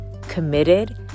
committed